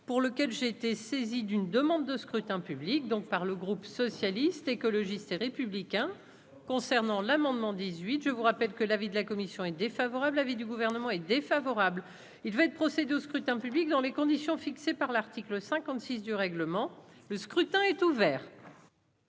pour lequel j'ai été saisi d'une demande de scrutin public, donc par le groupe socialiste, écologiste et républicain concernant l'amendement dix-huit je vous rappelle que l'avis de la commission est défavorable, l'avis du Gouvernement est défavorable. Il va être procès de scrutin public dans les conditions fixées par l'article 56 du règlement, le scrutin est ouvert.